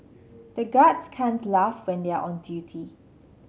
the guards can't laugh when they are on duty